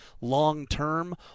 long-term